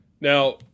Now